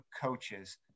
coaches